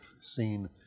seen